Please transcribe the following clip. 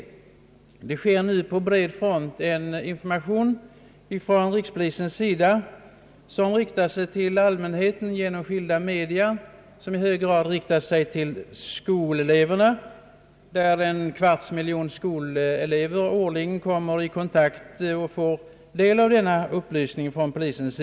Rikspolisstyrelsen bedriver på bred front en informationsverksamhet som riktar sig till allmänheten genom skilda media. I hög grad riktas den också till skoleleverna — en kvarts miljon skolelever får varje år del av denna upplysning från polisens sida.